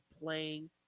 playing